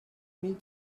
mille